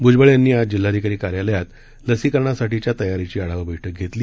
भूजबळ यांनी आज जिल्हाधिकारी कार्यालयात लसीकरणासाठीच्या तयारीची आढावा बैठक घेतली